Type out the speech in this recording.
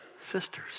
sisters